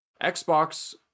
Xbox